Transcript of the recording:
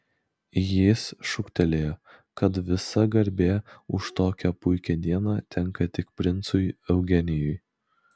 jis šūktelėjo kad visa garbė už tokią puikią dieną tenka tik princui eugenijui